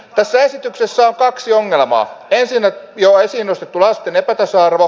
tässä esityksessä on kaksi ongelmaa ensin jo esiin nostettu lasten epätasa arvo